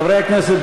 חברי הכנסת,